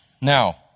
Now